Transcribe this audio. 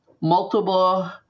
multiple